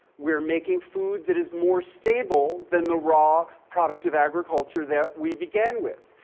we're making food that is more stable than the raw product of agriculture that we began with.